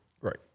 right